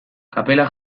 kapela